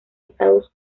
estados